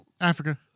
africa